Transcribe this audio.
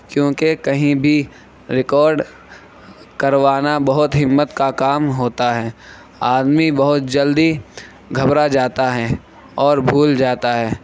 کیوں کہ کہیں بھی ریکارڈ کروانا بہت ہی ہمت کا کام ہوتا ہے آدمی بہت جلدی گھبرا جاتا ہے اور بھول جاتا ہے